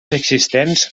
existents